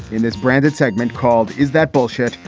and this branded segment called is that bullshit?